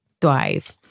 thrive